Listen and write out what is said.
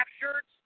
shirts